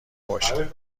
باشه